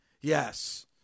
Yes